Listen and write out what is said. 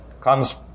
comes